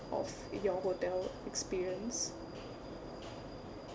of your hotel experience